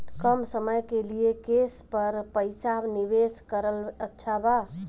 कम समय के लिए केस पर पईसा निवेश करल अच्छा बा?